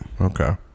Okay